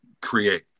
create